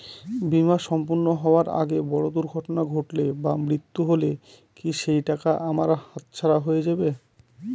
বীমা সম্পূর্ণ হওয়ার আগে বড় দুর্ঘটনা ঘটলে বা মৃত্যু হলে কি সেইটাকা আমার হাতছাড়া হয়ে যাবে?